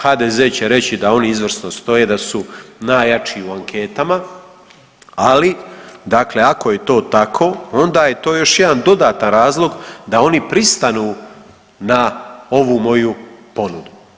HDZ-e će reći da oni izvrsno stoje da su najjači u anketama, ali dakle ako je to tako onda je to još jedan dodatan razlog da oni pristanu na ovu moju ponudu.